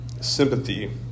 sympathy